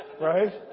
Right